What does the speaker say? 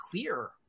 clear